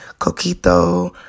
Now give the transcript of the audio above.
coquito